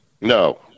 no